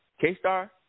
K-Star